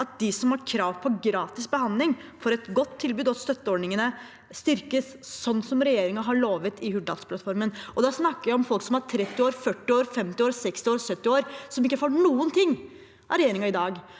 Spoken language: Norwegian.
at de som har krav på gratis behandling, får et godt tilbud, og at støtteordningene styrkes sånn som regjeringen har lovet i Hurdalsplattformen. Da snakker jeg om folk som er 30, 40, 50, 60 eller 70 år, som ikke får noe av regjeringen i dag.